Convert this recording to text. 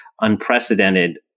unprecedented